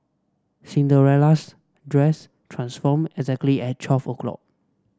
Cinderella's dress transformed exactly at twelve o'clock